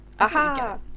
Aha